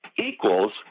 equals